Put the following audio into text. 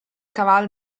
caval